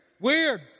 weird